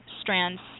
strands